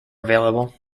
available